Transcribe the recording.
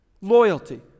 Loyalty